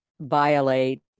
violate